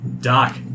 Doc